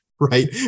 Right